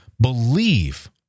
Believe